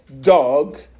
dog